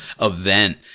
event